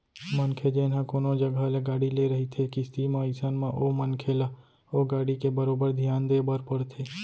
मनखे जेन ह कोनो जघा ले गाड़ी ले रहिथे किस्ती म अइसन म ओ मनखे ल ओ गाड़ी के बरोबर धियान देय बर परथे